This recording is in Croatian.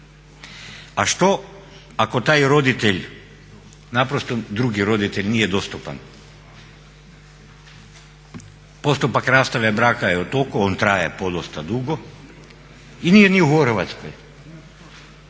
A što ako taj roditelj, naprosto drugi roditelj nije dostupan? Postupak rastave braka je u toku, on traje podosta dugo i nije ni u Hrvatskoj.